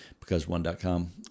becauseone.com